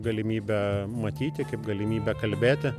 galimybę matyti kaip galimybę kalbėti